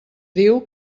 diu